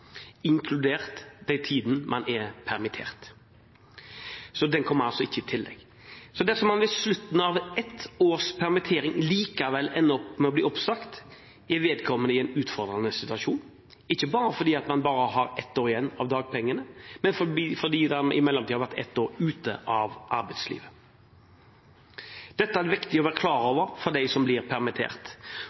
inkludert den tiden man er permittert, den kommer altså ikke i tillegg. Dersom en ved slutten av ett års permittering likevel ender opp med å bli oppsagt, er vedkommende i en utfordrende situasjon, ikke bare fordi man har bare har ett år igjen av dagpengene, men fordi en i mellomtiden har vært ett år ute av arbeidslivet. Dette er det viktig å være klar over for dem som blir